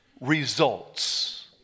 results